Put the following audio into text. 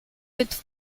with